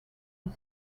est